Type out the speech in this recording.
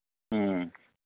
ꯎꯝ